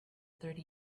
thirty